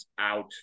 out